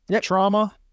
Trauma